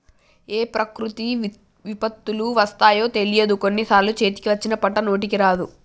ఏం ప్రకృతి విపత్తులు వస్తాయో తెలియదు, కొన్ని సార్లు చేతికి వచ్చిన పంట నోటికి రాదు